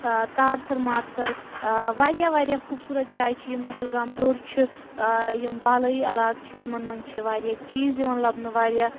تارسَر مارسَر واریاہ واریاہ خوٗبصوٗرت جایہِ چھِ یِم پہلگام ہیٚور چھِ یِم بالٲیی علاقہٕ چھِ تِمَن منٛز چھِ واریاہ چیٖز یِوان لَبنہٕ واریاہ